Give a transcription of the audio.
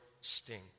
sting